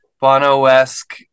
Bono-esque